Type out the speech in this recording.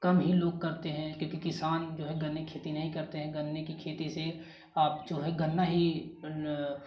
कम ही लोग करते हैं क्योंकि किसान जो है गन्ने कि खेती नहीं करते हैं गन्ने कि खेती से आप जो है गन्ना ही अन्य